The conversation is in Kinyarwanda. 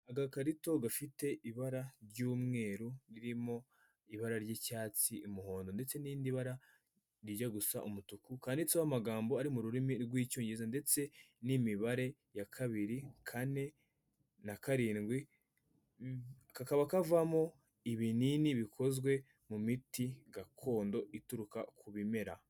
Agakarito gafite ibara ry'umweru, ririmo ibara ry'icyatsi, umuhondo, ndetse n'irindi bara rijya gusa umutuku, kanditseho amagambo ari mu rurimi rw'icyongereza, ndetse n'imibare ya kabiri, kane, na karindwi, kakaba kavamo ibinini bikozwe mu miti gakondo, ituruka ku bimera.